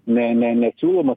ne ne nesiūloma